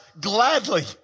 gladly